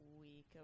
week